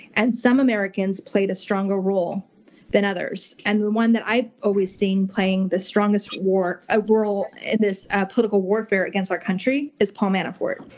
and some americans played a stronger role than others, and the one that i've always seen playing the strongest ah role in this political warfare against our country is paul manafort.